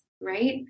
Right